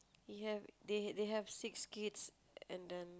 he have they have they have six kids and then